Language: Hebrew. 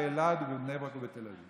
באלעד ובבני ברק ובתל אביב.